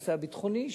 הנושא הביטחוני,